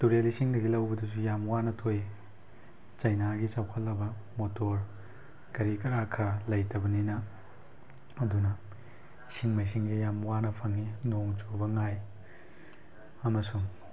ꯇꯨꯔꯦꯜ ꯏꯁꯤꯡꯗꯒꯤ ꯂꯧꯕꯗꯨꯁꯨ ꯌꯥꯝ ꯋꯥꯅ ꯊꯣꯛꯏ ꯆꯥꯏꯅꯥꯒꯤ ꯆꯥꯎꯈꯠꯂꯕ ꯃꯣꯇꯣꯔ ꯀꯔꯤ ꯀꯔꯥ ꯈꯔ ꯂꯩꯇꯕꯅꯤꯅ ꯑꯗꯨꯅ ꯏꯁꯤꯡ ꯃꯥꯏꯁꯤꯡꯁꯤ ꯌꯥꯝ ꯋꯥꯅ ꯐꯪꯏ ꯅꯣꯡ ꯆꯨꯕ ꯉꯥꯏ ꯑꯃꯁꯨꯡ